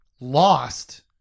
lost